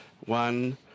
One